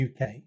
UK